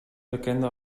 bekende